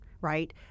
right